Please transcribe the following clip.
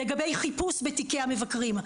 לגבי חיפוש בתיקי המבקרים,